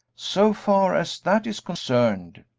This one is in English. so far as that is concerned.